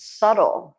subtle